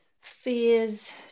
fears